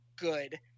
good